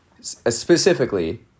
specifically